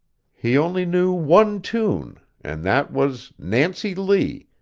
he only knew one tune, and that was nancy lee,